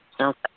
Okay